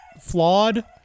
flawed